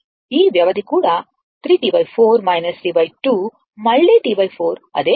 ఈ వ్యవధి కూడా 3 T 4 T 2 మళ్ళీ T 4 అదే అవుతుంది